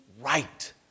right